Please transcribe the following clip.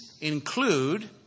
include